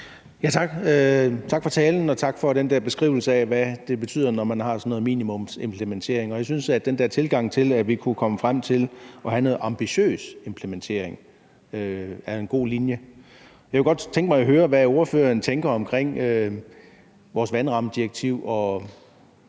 Tak for talen og for beskrivelsen af, hvad det betyder, når man har sådan noget minimumsimplementering. Jeg synes, at den der tilgang i forhold til at kunne komme frem til at have noget ambitiøs implementering er en god linje. Jeg kunne godt tænke mig at høre, hvad ordføreren tænker om vores vandrammedirektiv